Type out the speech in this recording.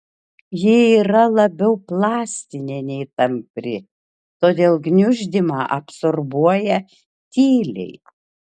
ji yra labiau plastinė nei tampri todėl gniuždymą absorbuoja tyliai